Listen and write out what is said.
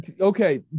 Okay